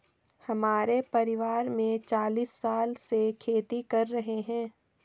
हमारे परिवार में चालीस साल से खेती कर रहे हैं